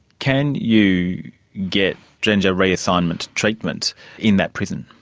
can you get gender reassignment treatment in that prison?